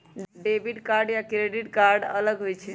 Debit card या credit card अलग होईछ ई?